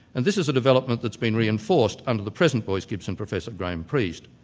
and this is a development that's been reinforced under the present royce gibson, professor graham priest.